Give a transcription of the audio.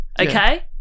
Okay